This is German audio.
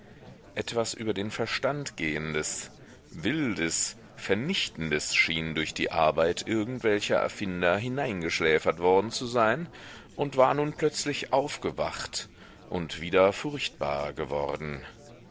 etwas über den verstand gehendes wildes vernichtendes schien durch die arbeit irgendwelcher erfinder hineingeschläfert worden zu sein und war nun plötzlich aufgewacht und wieder furchtbar geworden